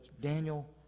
Daniel